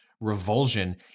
revulsion